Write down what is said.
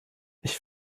ich